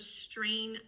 strain